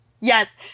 Yes